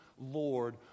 Lord